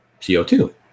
co2